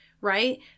Right